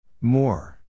More